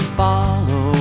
follow